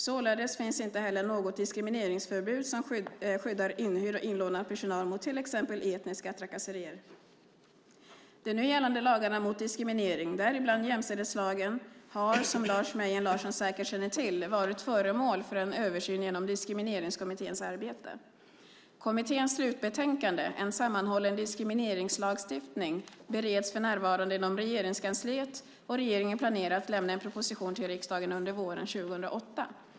Således finns inte heller något diskrimineringsförbud som skyddar inhyrd och inlånad personal mot till exempel etniska trakasserier. De nu gällande lagarna mot diskriminering, däribland jämställdhetslagen, har som Lars Mejern Larsson säkert känner till varit föremål för en översyn genom Diskrimineringskommitténs arbete. Kommitténs slutbetänkande En sammanhållen diskrimineringslagstiftning , SOU 2006:22, bereds för närvarande inom Regeringskansliet, och regeringen planerar att lämna en proposition till riksdagen under våren 2008.